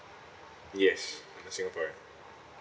yes I'm a singaporean